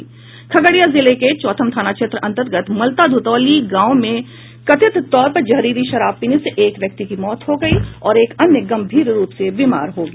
खगड़िया जिले के चौथम थाना क्षेत्र अंतर्गत मलता धुतौली गांव में कथित तौर पर जहरीली शराब पीने से एक व्यक्ति की मौत हो गयी और एक अन्य गंभीर रूप से बीमार हो गया